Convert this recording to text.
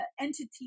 entity